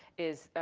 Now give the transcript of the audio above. is